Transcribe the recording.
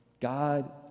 God